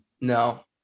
No